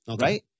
right